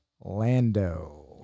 Lando